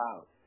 out